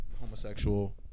homosexual